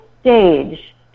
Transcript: stage